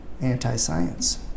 anti-science